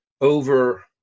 over